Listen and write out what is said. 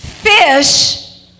Fish